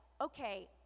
okay